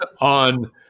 on